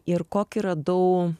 ir kokį radau